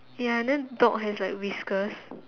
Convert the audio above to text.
ya and then dog has like whiskers